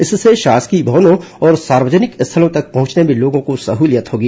इससे शासकीय भवनों और सार्वजनिक स्थलों तक पहुंचने में लोगों को सहलियत होगी